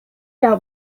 out